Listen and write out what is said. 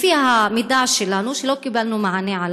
לפי המידע שלנו, שלא קיבלנו עליו מענה,